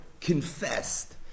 confessed